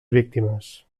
víctimes